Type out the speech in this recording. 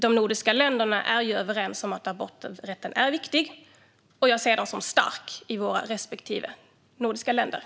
De nordiska länderna är ju överens om att aborträtten är viktig, och jag ser den som stark i de nordiska länderna.